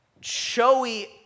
showy